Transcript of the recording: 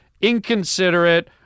inconsiderate